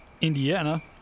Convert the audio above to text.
Indiana